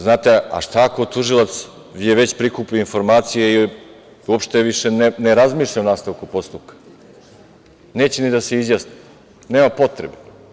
Znate, šta ako je tužilac već prikupio informacije i više ne razmišlja o nastavku postupka, neće ni da se izjasni, nema potrebe.